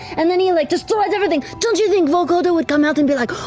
and then he like destroys everything, don't you think vokodo would come out and be like,